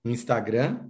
Instagram